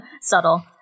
Subtle